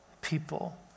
people